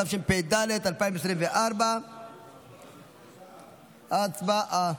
התשפ"ד 2024. הצבעה.